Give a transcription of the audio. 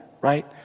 right